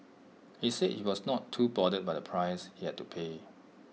he said he was not too bothered by the price he had to pay